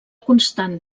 constant